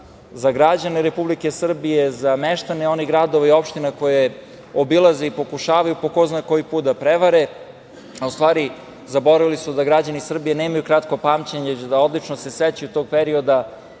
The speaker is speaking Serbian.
za građane Republike Srbije, za meštane onih gradova i opština koji obilaze i pokušavaju po ko zna koji put da prevare, a u stvari su zaboravili da građani Srbije nemaju kratko pamćenje, već da se odlično sećaju tog perioda,